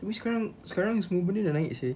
abeh sekarang sekarang semua benda dah naik seh